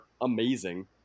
amazing